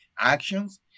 actions